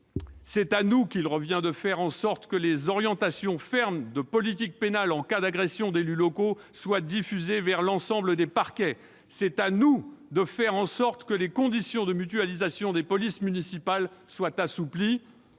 C'est à nous qu'il revient de faire en sorte que des orientations fermes de politique pénale en cas d'agression d'élus locaux soient diffusées à l'ensemble des parquets. C'est à nous de faire en sorte que les conditions de mutualisation des polices municipales soient assouplies.